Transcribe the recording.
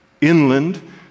inland